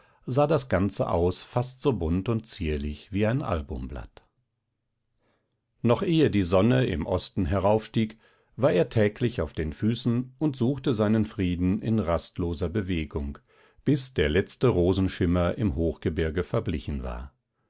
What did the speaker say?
sah das ganze aus fast so bunt und zierlich wie ein albumblatt noch ehe die sonne im osten heraufstieg war er täglich auf den füßen und suchte seinen frieden in rastloser bewegung bis der letzte rosenschimmer im hochgebirge verblichen war